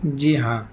جی ہاں